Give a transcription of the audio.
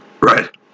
Right